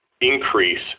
increase